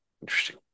Interesting